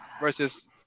Versus